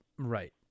Right